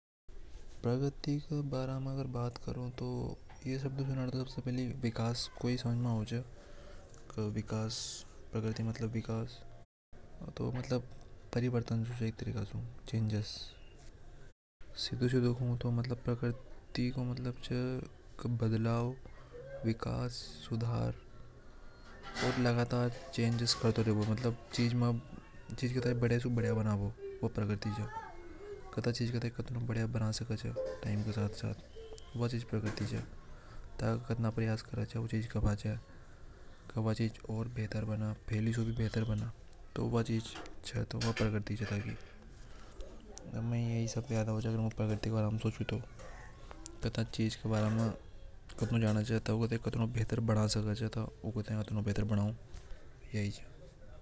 प्रगति के बारे में अगर बात करूं चू तो प्रगति मतलब विकास सीधी सीधे मतलब च की प्रगति मतलब विकास परिवर्तन च सीधा सिद्ध कहो तो मतलब प्रगति को मतलब विकास सुधार लगातार विकास करवा में। व चीज कटरी बढ़िया बना सके च वो हो प्रगति च। वा चीज ओर ज्यादा बेहतर बना सके च प्रगति मतलब वो चीज कितनी बेहतर बन सके।